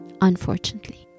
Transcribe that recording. unfortunately